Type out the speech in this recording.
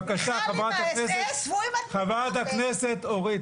בבקשה, חברת הכנסת סטרוק.